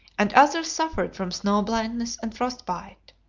and others suffered from snow-blindness and frostbite.